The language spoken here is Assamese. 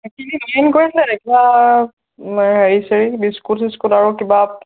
কৰিছিল হেৰি চেৰি বিস্কুট সিস্কুট আৰু কিবা